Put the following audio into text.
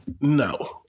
No